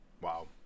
Wow